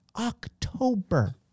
October